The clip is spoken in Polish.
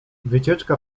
wycieczka